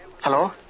Hello